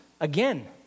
again